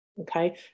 okay